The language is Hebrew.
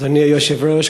אדוני היושב-ראש,